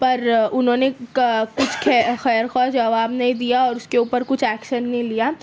پر انہوں نے کچھ خیر خواہ جواب نہیں دیا اور اس کے اوپر کچھ ایکشن نہیں لیا